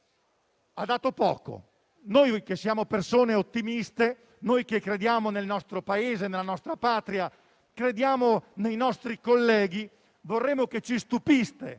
ha dato poco. Noi, che siamo persone ottimiste e crediamo nel nostro Paese, nella nostra Patria e nei nostri colleghi, vorremmo che ci stupiste